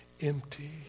empty